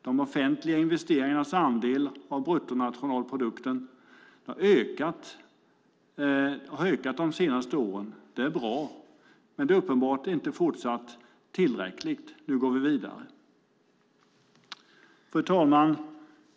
De offentliga investeringarnas andel av bruttonationalprodukten har ökat de senaste åren. Det är bra, men det är uppenbart att det fortsatt inte är tillräckligt. Nu går vi vidare. Fru talman!